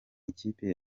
ikipe